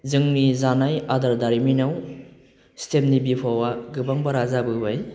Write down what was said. जोंनि जानाय आदार दारिमिनाव स्टेमनि बिफावआ गोबां बारा जाबोबाय